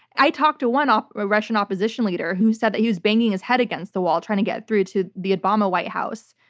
i talked to one ah russian opposition leader who said that he was banging his head against the wall trying to get through to the obama white house.